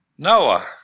Noah